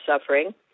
suffering